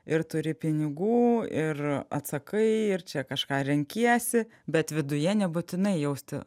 ir turi pinigų ir atsakai ir čia kažką renkiesi bet viduje nebūtinai jaustis